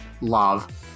love